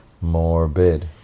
Morbid